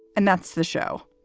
and that's the show.